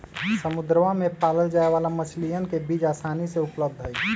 समुद्रवा में पाल्ल जाये वाला मछलीयन के बीज आसानी से उपलब्ध हई